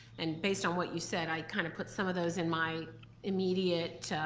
and based on what you said i kind of put some of those in my immediate